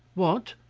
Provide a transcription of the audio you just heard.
what!